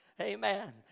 Amen